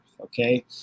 Okay